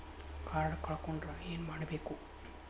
Card ಕಳ್ಕೊಂಡ್ರ ಏನ್ ಮಾಡಬೇಕು?